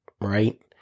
Right